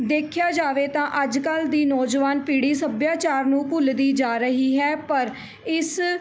ਦੇਖਿਆ ਜਾਵੇ ਤਾਂ ਅੱਜ ਕੱਲ੍ਹ ਦੀ ਨੌਜਵਾਨ ਪੀੜ੍ਹੀ ਸੱਭਿਆਚਾਰ ਨੂੰ ਭੁੱਲਦੀ ਜਾ ਰਹੀ ਹੈ ਪਰ ਇਸ